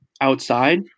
Outside